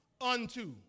Unto